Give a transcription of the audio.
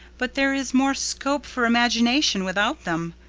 but there is more scope for imagination without them.